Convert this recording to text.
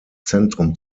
zentrum